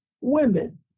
women